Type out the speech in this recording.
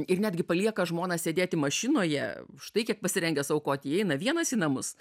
ir netgi palieka žmoną sėdėti mašinoje štai kiek pasirengęs aukoti įeina vienas į namus